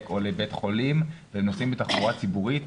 או להגיע לבית חולים והם נוסעים בתחבורה ציבורית.